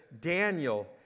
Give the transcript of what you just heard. Daniel